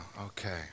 okay